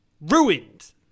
Ruined